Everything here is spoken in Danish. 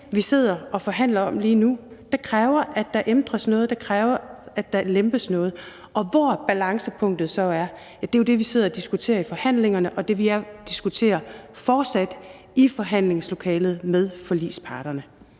vi sidder og forhandler om lige nu. Den kræver, at der ændres noget, den kræver, at der lempes noget. Og hvor balancepunktet så er, er jo det, vi sidder og diskuterer i forhandlingerne, og det vil jeg fortsat diskutere i forhandlingslokalet med forligsparterne.